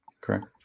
Correct